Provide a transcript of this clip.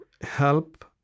help